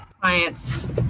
clients